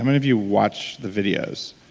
um and of you watch the videos?